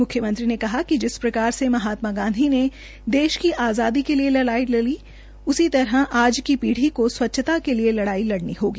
म्ख्यमंत्री ने कहा कि जिस प्रकार से महात्मा गांधी देश की आज़ादी के लिए लड़ाई लड़ी उसी तरह आज की पीढ़ी को स्वच्छता के लिए लड़ाई लड़नी होगी